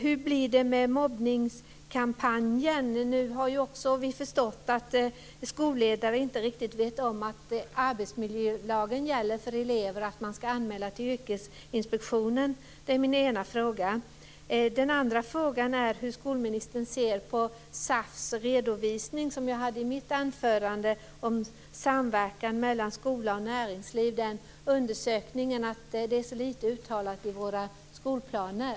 Hur blir det med mobbningskampanjen? Nu har vi ju också förstått att skolledare inte riktigt vet om att arbetsmiljölagen gäller för elever och att man ska anmäla till Yrkesinspektionen. Det var min ena fråga. Den andra frågan gäller hur skolministern ser på SAF:s redovisning, som jag tog upp i mitt anförande, om samverkan mellan skola och näringsliv, alltså den här undersökningen och att det är så lite uttalat i våra skolplaner.